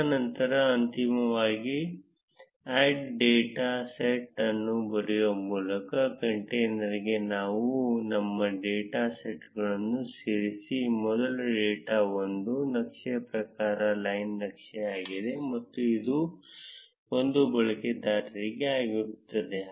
ತದನಂತರ ಅಂತಿಮವಾಗಿ add data set ಅನ್ನು ಬರೆಯುವ ಮೂಲಕ ಕಂಟೇನರ್ಗೆ ನಮ್ಮ ಡೇಟಾ ಸೆಟ್ಗಳನ್ನು ಸೇರಿಸಿ ಮೊದಲು ಡೇಟಾ 1 ನಕ್ಷೆಯ ಪ್ರಕಾರವು ಲೈನ್ ನಕ್ಷೆಆಗಿದೆ ಮತ್ತು ಇದು 1 ಬಳಕೆದಾರರಿಗೆ ಆಗಿರುತ್ತದೆ